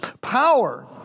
power